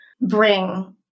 bring